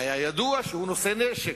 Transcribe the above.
היה ידוע שהוא נושא נשק,